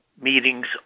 meetings